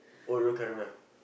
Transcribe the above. oreo caramel